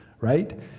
right